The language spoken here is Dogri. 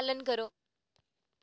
पालन करो